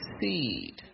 seed